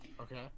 Okay